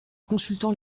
consultant